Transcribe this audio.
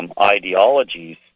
ideologies